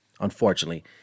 unfortunately